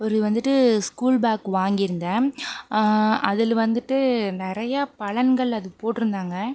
ஒரு வந்துட்டு school bag வாங்கிருந்தேன் அதில் வந்துட்டு நிறையா பலன்கள் அதுக்கு போட்டுருந்தாங்க